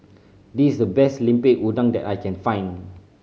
this is the best Lemper Udang that I can find